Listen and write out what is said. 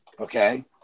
Okay